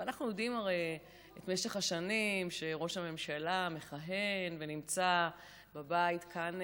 אנחנו יודעים הרי כמה שנים ראש הממשלה מכהן ונמצא בבית כאן,